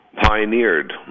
pioneered